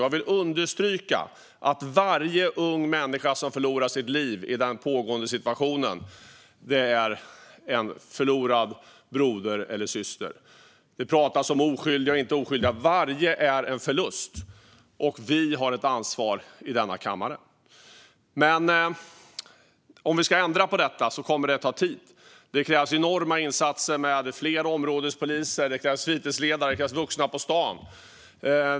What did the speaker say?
Jag vill understryka att varje ung människa som förlorar sitt liv i den pågående situationen är en förlorad broder eller syster. Det pratas om oskyldiga och inte oskyldiga. Varje ung människa är en förlust, och vi i denna kammare har ett ansvar. Men om vi ska ändra på detta kommer det att ta tid. Det krävs enorma insatser med fler områdespoliser. Det krävs fritidsledare och vuxna på stan.